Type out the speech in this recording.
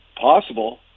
possible